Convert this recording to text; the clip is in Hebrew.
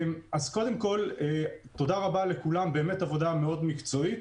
אני רוצה להגיד תודה רבה לכולם על עבודה מאוד מקצועית.